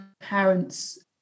parents